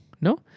no